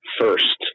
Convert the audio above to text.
first